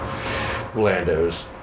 Landos